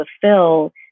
fulfill